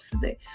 today